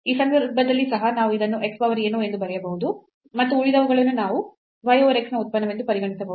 ಈ ಸಂದರ್ಭದಲ್ಲಿ ಸಹ ನಾವು ಇದನ್ನು x power ಏನೋ ಎಂದು ಬರೆಯಬಹುದು ಮತ್ತು ಉಳಿದವುಗಳನ್ನು ನಾವು y over x ನ ಉತ್ಪನ್ನವೆಂದು ಪರಿಗಣಿಸಬಹುದು